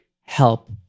help